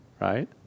right